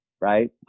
Right